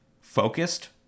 Focused